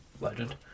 legend